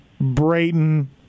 Brayton